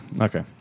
Okay